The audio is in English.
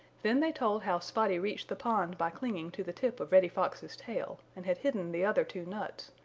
then they told how spotty reached the pond by clinging to the tip of reddy fox's tail, and had hidden the other two nuts,